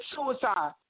suicide